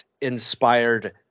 inspired